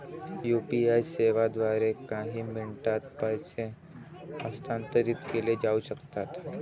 UPI सेवांद्वारे काही मिनिटांत पैसे हस्तांतरित केले जाऊ शकतात